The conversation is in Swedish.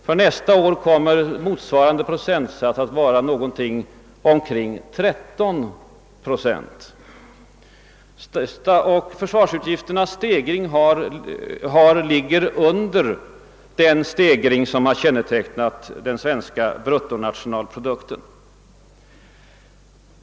För nästa år kommer motsvarande andel att ligga på omkring 13 procent. Försvarsutgifternas stegring ligger under ökningen av den svenska bruttonationalprodukten.